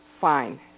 fine